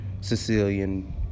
sicilian